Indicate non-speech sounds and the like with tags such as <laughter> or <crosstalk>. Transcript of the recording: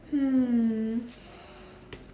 hmm <breath>